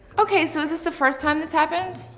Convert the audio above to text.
okay so is this the first time this happened?